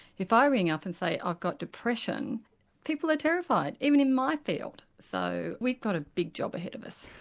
if i ring up and say i've got depression people are terrified, even in my field so we've got a big job ahead of us.